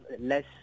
less